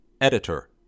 Editor